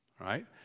right